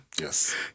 Yes